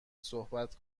صحبت